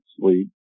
sleep